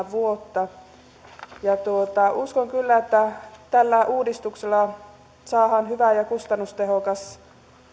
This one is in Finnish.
vuotta uskon kyllä että tällä uudistuksella saadaan hyvä ja kustannustehokas